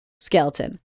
skeleton